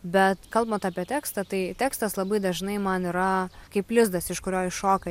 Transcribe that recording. bet kalbant apie tekstą tai tekstas labai dažnai man yra kaip lizdas iš kurio iššoka